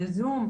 יזום,